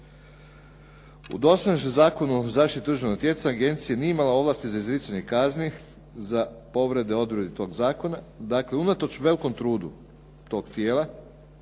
U dosadašnjem Zakonu o zaštiti tržišnog natjecanja agencija nije imala ovlasti za izricanje kazni za povrede odredbi tog zakona. Dakle, unatoč velikom trudu tog tijela,